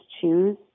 choose